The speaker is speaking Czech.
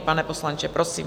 Pane poslanče, prosím.